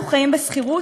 אנחנו חיים בשכירות,